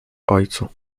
ojcu